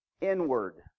inward